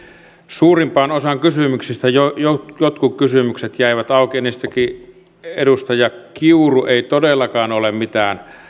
suurimpaan osaan kysymyksistä jotkut kysymykset jäivät auki ensinnäkin edustaja kiuru ei todellakaan ole mitään